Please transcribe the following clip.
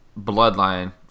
Bloodline